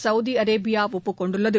Saudi Arabia ஒப்புக் கொண்டுள்ளது